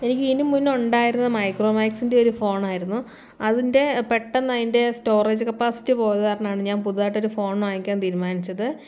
എനിക്ക് ഇതിനു മുന്ന് ഉണ്ടായിരുന്നത് മൈക്രോമാക്സിൻ്റെ ഒരു ഫോണായിരുന്നു അതിൻ്റെ പെട്ടെന്ന് അതിൻ്റെ സ്റ്റോറേജ് കപ്പാസിറ്റി പോയത് കാരണമാണ് ഞാൻ പുതുതായിട്ട് ഒരു ഫോൺ വാങ്ങിക്കാൻ തീരുമാനിച്ചത്